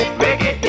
reggae